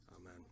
Amen